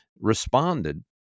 responded